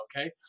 Okay